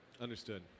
Understood